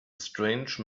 strange